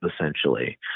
essentially